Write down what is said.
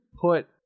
put